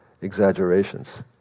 exaggerations